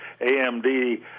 AMD